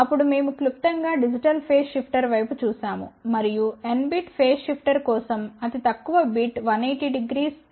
అప్పుడు మేము క్లుప్తంగా డిజిటల్ ఫేజ్ షిఫ్టర్ వైపు చూశాము మరియు n బిట్ ఫేజ్ షిఫ్టర్ కోసం అతి ఎక్కువ బిట్ 1800 తక్కువ బిట్ 18002n